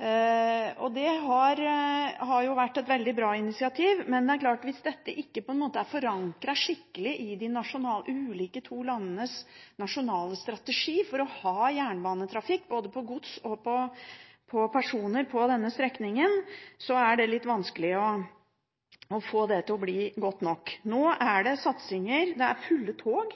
Det har vært et veldig bra initiativ, men det er klart at hvis det ikke er forankret skikkelig i de to landenes nasjonale strategi at en skal ha jernbanetrafikk både for gods og personer på denne strekningen, er det litt vanskelig å få det til å bli godt nok. Nå er det satsinger, og det er fulle tog